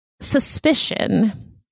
suspicion